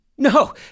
No